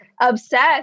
obsessed